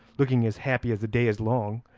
looking as happy as the day is long,